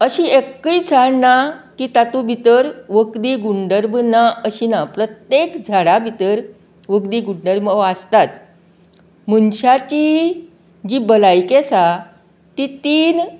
अशीं एकय झाड ना की तातू भितर वखदी गंडर्भ ना अशीं ना प्रत्तेक झाडा भितर वखदी गुंडर्भ हो आसताच मनशाची जी भलायकी आसा ती तीन